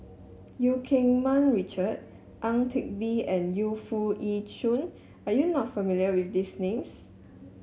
Eu Keng Mun Richard Ang Teck Bee and Yu Foo Yee Shoon are you not familiar with these names